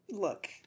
look